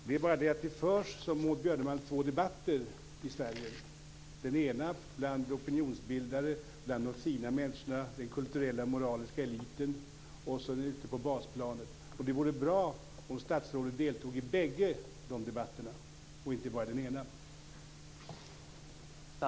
Men som Maud Björnemalm sade förs det två debatter i Sverige, den ena bland opinionsbildare, bland de fina människorna, den kulturella och moraliska eliten, och den andra ute på basplanet. Det vore bra om statsrådet deltog i bägge de debatterna och inte bara den ena.